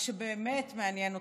מה שבאמת מעניין אותו,